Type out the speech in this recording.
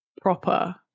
proper